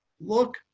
look